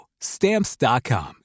Stamps.com